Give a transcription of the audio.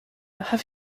have